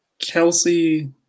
Kelsey